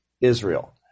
Israel